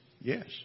Yes